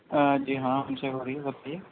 جی ہاں ہم سے ہو رہی ہے بتائیے